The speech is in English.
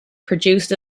produced